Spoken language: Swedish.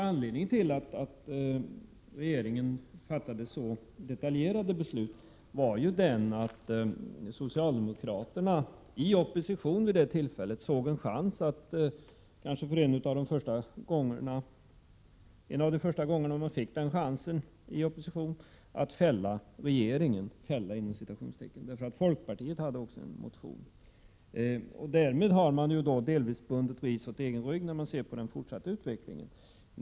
Anledningen till att riksdagen fattade så detaljerade beslut var att socialdemokraterna i opposition vid det tillfället såg kanske en av sina första chanser att ”fälla” regeringen, eftersom folkpartiet också hade motionerat i saken. Därmed har de delvis bundit ris åt egen rygg, med tanke på den fortsatta utvecklingen.